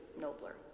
nobler